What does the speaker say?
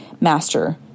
master